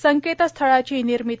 संकेतस्थळाची निर्मिती